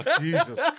Jesus